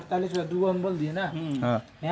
अनन्नासेर खेतीत अच्छा मुनाफा ह ल पर आघुओ करमु